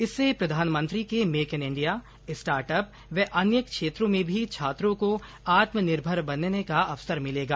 इससे प्रधानमंत्री के make in India start up व अन्य क्षेत्रों में भी छात्रों को आत्मनिर्भर बनने का अवसर मिलेगा